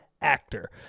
actor